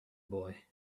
boy